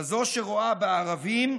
כזאת שרואה בערבים,